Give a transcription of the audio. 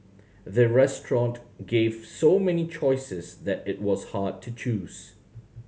the restaurant gave so many choices that it was hard to choose